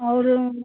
और